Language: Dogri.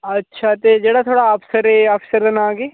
अच्छा ते जेह्ड़ा थुआढ़ा अफसर ऐ अफसर दा नांऽ केह्